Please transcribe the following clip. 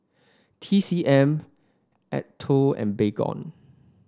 T C M Acuto and Baygon